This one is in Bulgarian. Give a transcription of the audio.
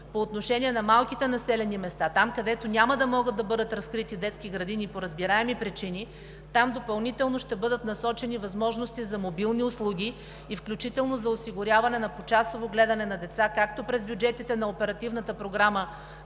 По отношение на малките населени места – там, където няма да могат да бъдат разкрити детски градини по разбираеми причини, допълнително ще бъдат насочени възможности за мобилни услуги и включително за осигуряване на почасово гледане на деца както през бюджетите на Оперативната програма